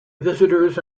visitors